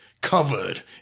covered